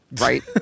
right